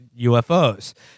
UFOs